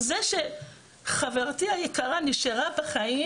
זה שחברתי היקרה נשארה בחיים,